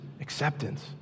acceptance